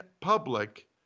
public